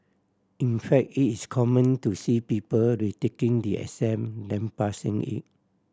in fact it is common to see people retaking the exam than passing it